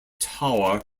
tower